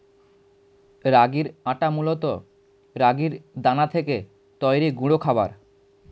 রাগির আটা মূলত রাগির দানা থেকে তৈরি গুঁড়ো খাবার